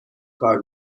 کار